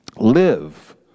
live